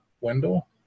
Wendell